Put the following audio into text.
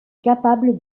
capable